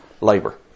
labor